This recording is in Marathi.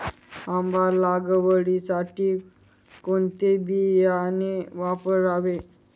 आंबा लागवडीसाठी कोणते बियाणे वापरावे?